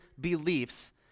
beliefs